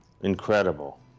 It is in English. Incredible